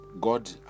God